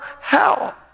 hell